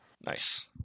Nice